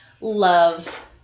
love